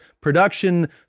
production